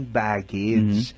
baggage